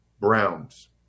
Browns